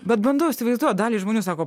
bet bandau įsivaizduotiž daliai žmonių sako